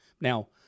Now